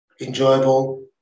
enjoyable